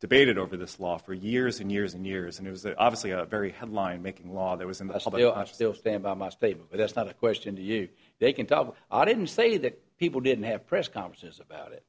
debated over this law for years and years and years and it was obviously a very headline making law that was in the us although i still stand by my statement but that's not a question to you they can tell i didn't say that people didn't have press conferences about it